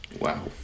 wow